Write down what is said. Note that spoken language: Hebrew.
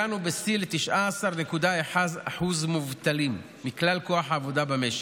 הגענו בשיא ל-19.1% מובטלים מכלל כוח העבודה במשק.